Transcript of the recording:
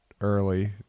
early